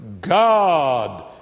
God